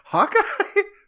Hawkeye